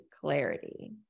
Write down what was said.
clarity